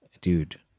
Dude